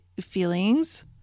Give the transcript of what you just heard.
feelings